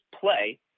play